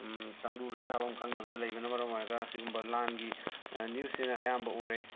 ꯇꯪꯗꯨ ꯂꯩꯇꯥꯐꯝ ꯈꯪꯗꯕꯗ ꯂꯩꯕꯅ ꯃꯔꯝ ꯑꯣꯏꯔꯒ ꯁꯤꯒꯨꯝꯕ ꯂꯥꯟꯒꯤ ꯅ꯭ꯌꯨꯁꯁꯤꯅ ꯑꯌꯥꯝꯕ ꯎꯔꯦ